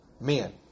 men